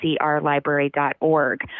crlibrary.org